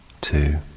two